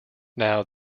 now